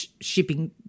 shipping